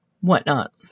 whatnot